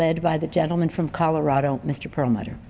led by the gentleman from colorado mr perlmutter